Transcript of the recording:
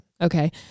okay